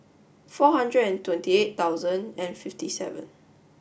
four hundred and twenty eight thousand and fifty seven